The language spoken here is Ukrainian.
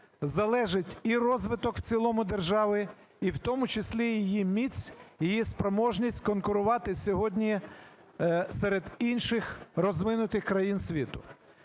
залежить і розвиток в цілому держави, і в тому числі її міць, її спроможність конкурувати сьогодні серед інших розвинутих країн світу.